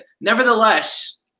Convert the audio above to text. nevertheless